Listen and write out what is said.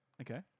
Okay